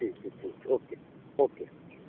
ठीक छै ठीक छै ओ के ओ के